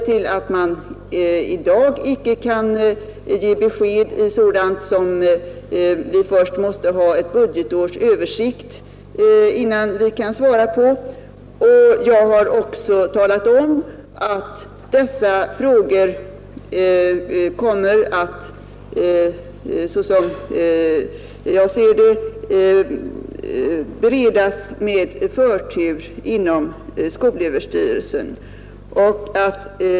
Jag har redovisat de uppenbara skälen till detta. Vi måste ha ett budgetårs översikt, innan närmare besked kan lämnas. Jag har också talat om att denna fråga kommer att — så som jag ser det — beredas med förtur inom skolöverstyrelsen.